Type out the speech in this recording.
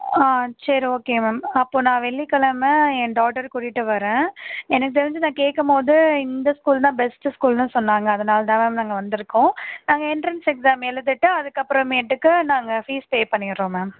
ஆ சரி okay ma'am அப்போது நான் வெள்ளிக்கெழம என் டாட்டரை கூட்டிகிட்டு வரேன் எனக்கு தெரிஞ்சு நான் கேட்கும்போது இந்த ஸ்கூல் தான் பெஸ்ட்டு ஸ்கூலுன்னு சொன்னாங்க அதனால் தான் மேம் நாங்கள் வந்திருக்கோம் நாங்கள் என்ட்ரென்ஸ் எக்ஸாம் எழுதிட்டு அதுக்கப்புறமேட்டுக்கு நாங்கள் ஃபீஸ் பே பண்ணிடுறோம் மேம்